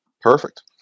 Perfect